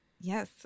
Yes